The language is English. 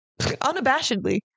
unabashedly